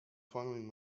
following